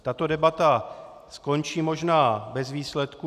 Tato debata skončí možná bez výsledku.